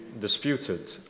disputed